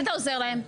במה אתה עוזר להם?